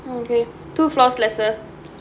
mmhmm okay two floors lesser